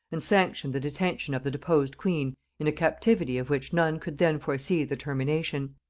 and sanctioned the detention of the deposed queen in a captivity of which none could then foresee the termination.